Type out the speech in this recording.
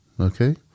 okay